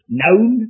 known